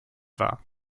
war